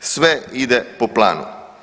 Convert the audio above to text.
Sve ide po planu.